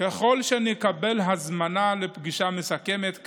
ככל שנקבל הזמנה לפגישה מסכמת כאמור,